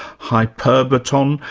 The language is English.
hyperbaton,